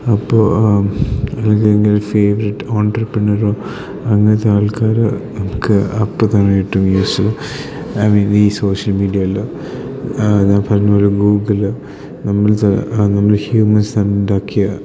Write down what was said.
അപ്പോൾ അല്ലെങ്കിൽ ഏതെങ്കിലും ഫേവററ്റ് ഓൺടർപ്രിണറോ അങ്ങനത്തെ ആൾക്കാർ നമുക്ക് അപ്പം തന്നെ കിട്ടും ന്യൂസ് ഐ മീൻ ഈ സോഷ്യൽ മീഡിയേല് ഞാൻ പറഞ്ഞോലെ ഗൂഗിള് നമ്മൾ ത നമ്മൾ ഹ്യൂമൻസ് ഉണ്ടാക്കിയ